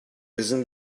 isn’t